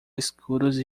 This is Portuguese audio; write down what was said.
escuros